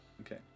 okay